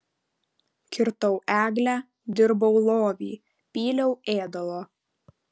kirtau eglę dirbau lovį pyliau ėdalo